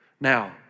Now